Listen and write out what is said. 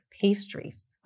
pastries